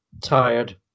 tired